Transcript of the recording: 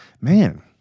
man